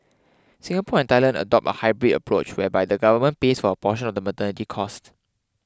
Singapore and Thailand adopt a hybrid approach whereby the government pays for a portion of the maternity costs